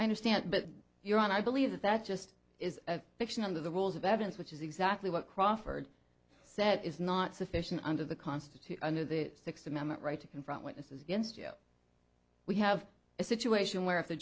i understand but you're on i believe that that just is a fiction under the rules of evidence which is exactly what crawford said is not sufficient under the constitution under the sixth amendment right to confront witnesses against you know we have a situation where if the